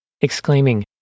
exclaiming